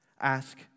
Ask